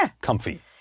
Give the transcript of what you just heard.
comfy